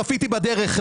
צפיתי בדרך.